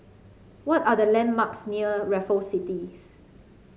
what are the landmarks near Raffle Cities